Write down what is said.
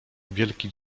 wielki